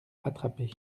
attrapé